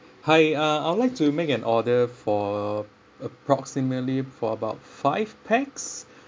hi uh I would like to make an order for approximately for about five pax